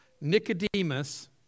Nicodemus